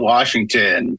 Washington